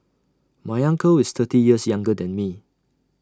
my uncle is thirty years younger than me